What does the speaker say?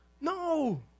No